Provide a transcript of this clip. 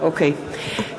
(קוראת